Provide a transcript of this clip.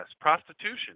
prostitution